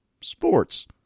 sports